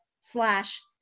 slash